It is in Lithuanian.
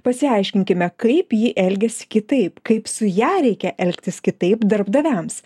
pasiaiškinkime kaip ji elgiasi kitaip kaip su ja reikia elgtis kitaip darbdaviams